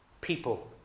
people